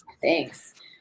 Thanks